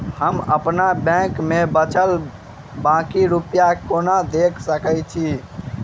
हम अप्पन बैंक मे बचल बाकी रुपया केना देख सकय छी?